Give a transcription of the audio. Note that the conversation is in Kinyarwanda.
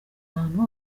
ahantu